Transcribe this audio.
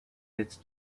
its